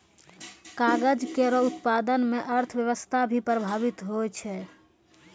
कागज केरो उत्पादन म अर्थव्यवस्था भी प्रभावित होय छै